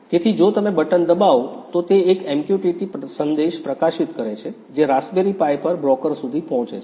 તેથી જો તમે બટન દબાવો તો તે એક MQTT સંદેશ પ્રકાશિત કરે છે જે રાસ્પબેરી પાઇ પર બ્રોકર સુધી પહોંચે છે